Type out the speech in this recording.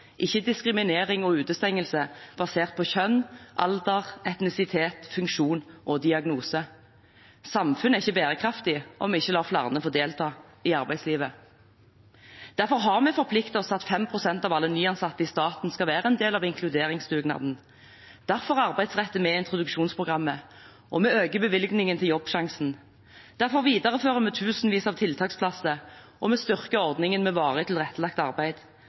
ikke diskriminering og utestengelse basert på kjønn, alder, etnisitet, funksjon og diagnose. Samfunnet er ikke bærekraftig om vi ikke lar flere få delta i arbeidslivet. Derfor har vi forpliktet oss til at 5 pst. av alle nyansatte i staten skal være en del av inkluderingsdugnaden. Derfor arbeidsretter vi introduksjonsprogrammet og øker bevilgningen til Jobbsjansen. Derfor viderefører vi tusenvis av tiltaksplasser og styrker ordningen med varig tilrettelagt arbeid.